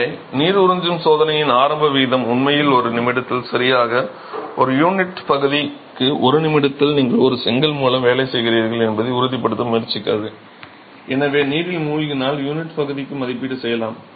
எனவே நீர் உறிஞ்சும் சோதனையின் ஆரம்ப வீதம் உண்மையில் ஒரு நிமிடத்தில் சரியாக ஒரு யூனிட் பகுதிக்கு 1 நிமிடத்தில் நீங்கள் ஒரு செங்கல் மூலம் வேலை செய்கிறீர்கள் என்பதை உறுதிப்படுத்த முயற்சிக்கிறது எனவே நீரில் மூழ்கினால் யூனிட் பகுதிக்கு மதிப்பீடு செய்யலாம்